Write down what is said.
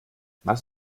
was